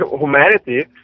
humanity